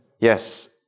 yes